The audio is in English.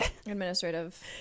administrative